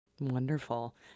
Wonderful